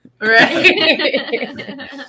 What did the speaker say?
Right